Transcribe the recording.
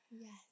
Yes